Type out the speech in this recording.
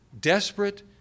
desperate